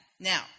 Now